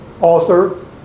author